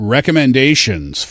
Recommendations